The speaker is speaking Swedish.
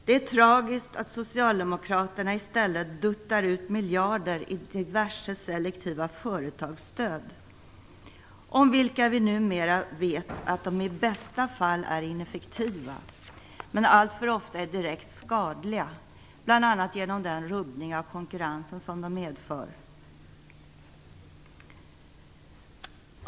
Det är tragiskt att Socialdemokraterna i stället duttar ut miljarder i diverse selektiva företagsstöd, om vilka vi numera vet att de i bästa fall är ineffektiva men alltför ofta är direkt skadliga, bl.a. genom den rubbning av konkurrensen som de medför.